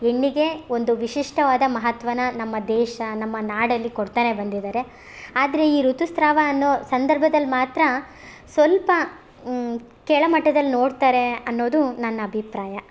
ಹೆಣ್ಣಿಗೆ ಒಂದು ವಿಶಿಷ್ಟವಾದ ಮಹತ್ವನ ನಮ್ಮ ದೇಶ ನಮ್ಮ ನಾಡಲ್ಲಿ ಕೊಡ್ತಾನೇ ಬಂದಿದ್ದಾರೆ ಆದರೆ ಈ ಋತುಸ್ರಾವ ಅನ್ನೋ ಸಂದರ್ಭದಲ್ ಮಾತ್ರ ಸ್ವಲ್ಪ ಕೆಳಮಟ್ಟದಲ್ಲಿ ನೋಡ್ತಾರೆ ಅನ್ನೋದು ನನ್ನ ಅಭಿಪ್ರಾಯ